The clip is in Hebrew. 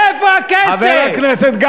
איפה הכסף?